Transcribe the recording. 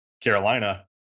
Carolina